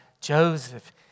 Joseph